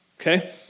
Okay